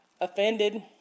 Offended